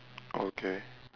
okay